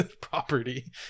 property